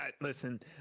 Listen